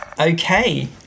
Okay